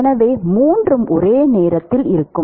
எனவே மூன்றும் ஒரே நேரத்தில் இருக்கும்